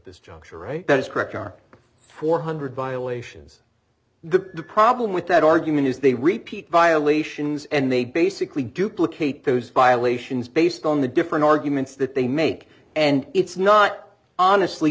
this juncture right that is correct our four hundred violations the problem with that argument is they repeat violations and they basically duplicate those violations based on the different arguments that they make and it's not honestly